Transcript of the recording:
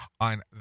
on